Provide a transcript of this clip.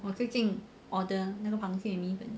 我最近 order 那个螃蟹米粉